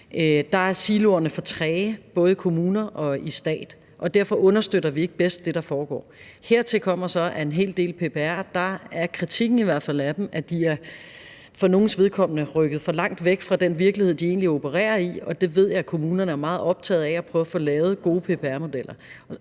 der er siloerne for træge, både i kommuner og stat, og derfor understøtter vi ikke bedst det, der foregår. Hertil kommer så, at en hel del af kritikken af PPR drejer sig om, at de for nogles vedkommende er rykket for langt væk fra den virkelighed, de egentlig opererer i. Jeg ved, at kommunerne er meget optaget af at prøve at få lavet gode PPR-modeller,